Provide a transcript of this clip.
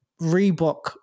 Reebok